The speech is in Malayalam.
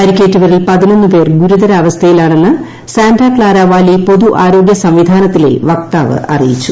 പരിക്കേറ്റവരിൽ ഗുരുതരാവസ്ഥയിലാണെന്ന് സാന്റാ ക്ലാര വാലി പൊതു ആരോഗ്യ സംവിധാനത്തിലെ വക്താവ് അറിയിച്ചു